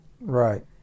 Right